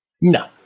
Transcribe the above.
No